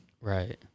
Right